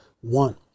One